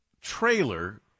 trailer